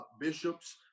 bishops